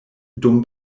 dum